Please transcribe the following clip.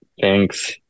Thanks